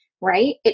right